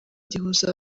gihuza